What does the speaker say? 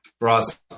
Ross